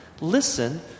Listen